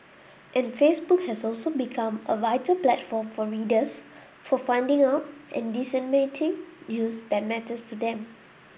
and Facebook has also become a vital platform for readers for finding out and disseminating news that matters to them